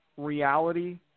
reality